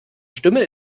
stimme